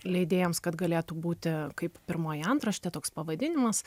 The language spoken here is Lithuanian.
leidėjams kad galėtų būti kaip pirmoji antraštė toks pavadinimas